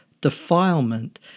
defilement